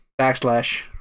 backslash